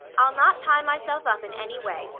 i'll not tie myself up in any way.